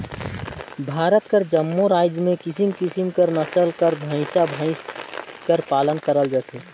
भारत कर जम्मो राएज में किसिम किसिम कर नसल कर भंइसा भंइस कर पालन करल जाथे